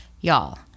y'all